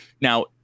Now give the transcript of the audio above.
now